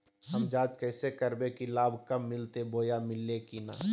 हम जांच कैसे करबे की लाभ कब मिलते बोया मिल्ले की न?